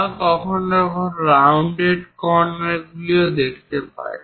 আমরা কখনও কখনও রাউন্ডেড কর্নার গুলিও দেখতে পাই